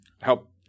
Help